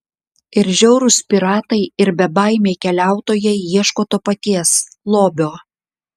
ir žiaurūs piratai ir bebaimiai keliautojai ieško to paties lobio